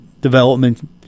development